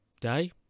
day